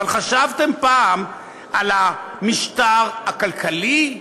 אבל חשבתם פעם על המשטר הכלכלי?